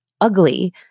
ugly